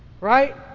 Right